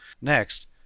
Next